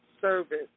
service